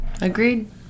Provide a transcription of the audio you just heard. Agreed